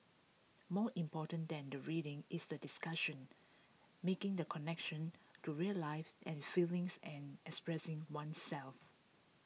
more important than the reading is the discussion making the connections to real life and feelings and expressing oneself